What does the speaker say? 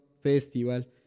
Festival